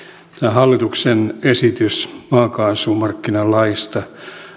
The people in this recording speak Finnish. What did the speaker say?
hallituksen esitys maakaasumarkkinalaista